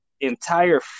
entire